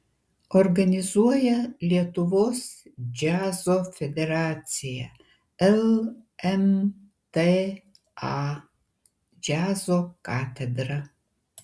organizuoja lietuvos džiazo federacija lmta džiazo katedra